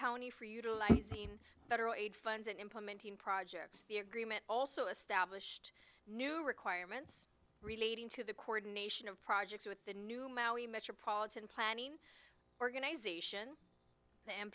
county for utilizing federal aid funds in implementing projects the agreement also established new requirements relating to the chord nation of projects with the new maui metropolitan planning organization